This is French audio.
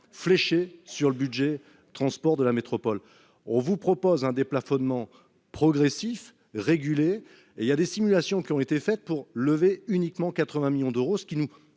fléchés sur le budget transports de la métropole. Nous vous proposons un déplafonnement progressif et régulé. Des simulations ont été faites pour lever uniquement 80 millions d'euros, ce qui